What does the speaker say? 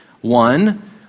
one